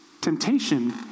Temptation